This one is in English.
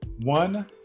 one